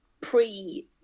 pre-